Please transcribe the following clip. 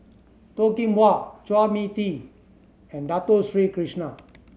Toh Kim Hwa Chua Mia Tee and Dato Sri Krishna